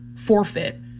forfeit